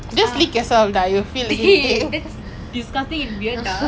she is so psychotic ah she really so hyper